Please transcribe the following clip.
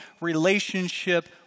relationship